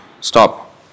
stop